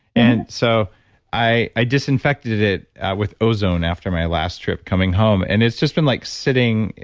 and so i i disinfected it with ozone, after my last trip coming home, and it's just been like sitting.